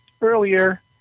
earlier